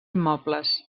immobles